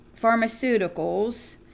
pharmaceuticals